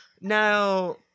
Now